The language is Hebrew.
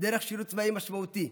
דרך שירות צבאי משמעותי,